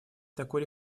такой